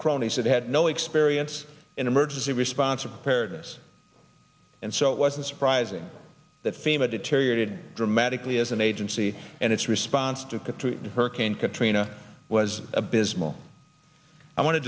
cronies that had no experience in emergency response of parents and so it wasn't surprising that fema deteriorated dramatically as an agency and its response to katrina hurricane katrina was abysmal i want to